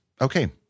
Okay